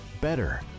better